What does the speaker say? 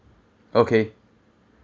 okay